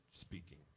speaking